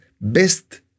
best